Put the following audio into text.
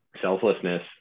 selflessness